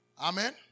Amen